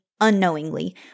unknowingly